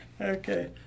Okay